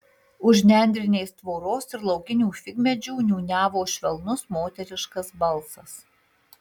už nendrinės tvoros ir laukinių figmedžių niūniavo švelnus moteriškas balsas